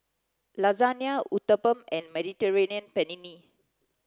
Lasagne Uthapam and Mediterranean Penne